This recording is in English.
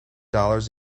dollars